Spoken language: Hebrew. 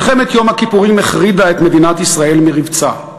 מלחמת יום הכיפורים החרידה את מדינת ישראל מרבצה.